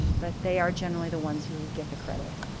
but they are generally the ones who get the credit.